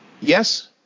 Yes